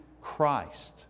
Christ